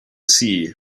sea